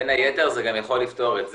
בין היתר זה גם יכול לפתור את זה,